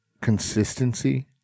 consistency